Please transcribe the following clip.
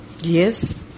Yes